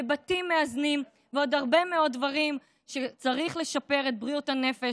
בתים מאזנים ועוד הרבה מאוד דברים שצריך לשפר בהם את בריאות הנפש,